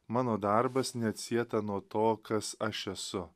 mano darbas neatsieta nuo to kas aš esu